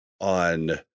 on